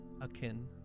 akin